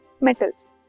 metals